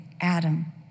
Adam